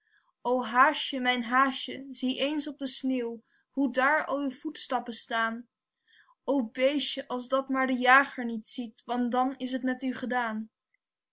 haasje mijn haasje zie eens op de sneeuw hoe daar al uw voetstappen staan o beestjen als dat maar de jager niet ziet want dan is het met u gedaan